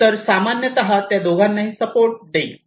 तर सामान्यत ते दोघांनाही सपोर्ट देईल